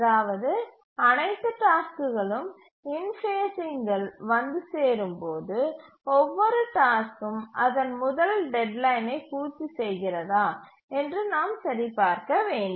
அதாவது அனைத்து டாஸ்க்குகளும் இன்ஃபேஸ்சில் வந்து சேரும் போது ஒவ்வொரு டாஸ்க்கும் அதன் முதல் டெட்லைனை பூர்த்தி செய்கிறதா என்று நாம் சரிபார்க்க வேண்டும்